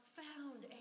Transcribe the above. found